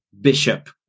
Bishop